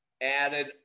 added